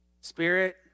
Spirit